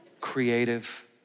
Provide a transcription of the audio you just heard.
Creative